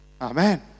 Amen